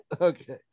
okay